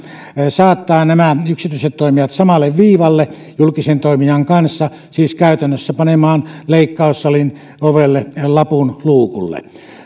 saattaa nämä yksityiset toimijat samalle viivalle julkisen toimijan kanssa siis käytännössä panemaan leikkaussalin ovelle lapun luukulle